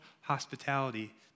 hospitality